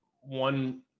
one